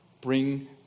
bring